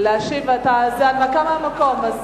זה הנמקה מהמקום.